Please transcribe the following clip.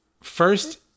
first